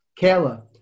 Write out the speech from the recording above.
Kayla